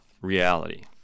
reality